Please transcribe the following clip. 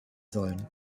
sollen